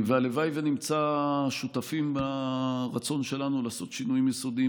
הלוואי שנמצא שותפים לרצון שלנו לעשות שינויים יסודיים